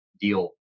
deal